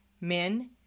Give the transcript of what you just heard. men